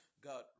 God